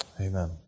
Amen